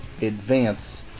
advance